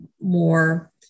more